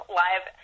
live